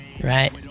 right